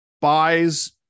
buys